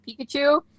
pikachu